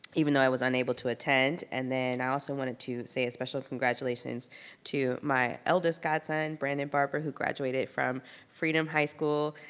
even though i was unable to attend. and then i also wanted to say a special congratulations to my eldest godson, brandon barbara, who graduated from freedom high school.